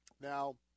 Now